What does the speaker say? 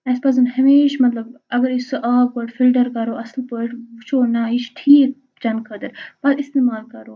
اَسہِ پَزَن ہَمیشہِ مطلب اگر أسۍ سُہ آب گۄڈٕ فِلٹر کَرو اَصٕل پٲٹھۍ وٕچھو نہ یہِ چھُ ٹھیٖک چٮ۪نہٕ خٲطرٕ پَتہٕ اِستعمال کَرو